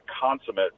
consummate